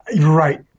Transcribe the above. Right